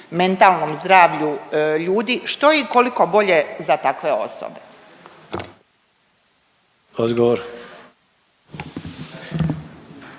mentalnom zdravlju ljudi, što je i koliko bolje za takve osobe?